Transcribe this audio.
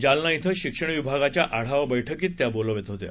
जालना इथं शिक्षण विभागाच्या आढावा बर्छ्कीत त्या बोलत होत्या